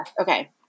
Okay